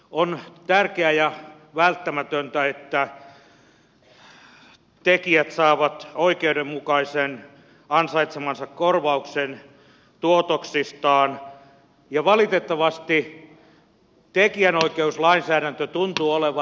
on tärkeää ja välttämätöntä että tekijät saavat oikeudenmukaisen ansaitsemansa korvauksen tuotoksistaan ja valitettavasti tekijänoikeuslainsäädäntö tuntuu olevan rakettitiedettä